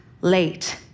late